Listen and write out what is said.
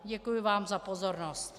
Děkuji vám za pozornost.